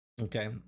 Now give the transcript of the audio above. Okay